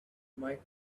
might